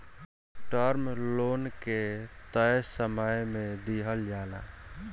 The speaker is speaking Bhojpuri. टर्म लोन के तय समय में दिहल जाला